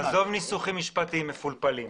עזוב ניסוחים משפטיים מפולפלים.